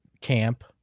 camp